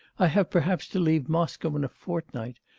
i have, perhaps, to leave moscow in a fortnight.